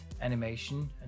animation